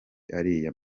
ariya